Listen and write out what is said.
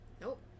Nope